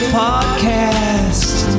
podcast